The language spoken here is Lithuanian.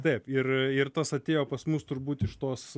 taip ir ir tas atėjo pas mus turbūt iš tos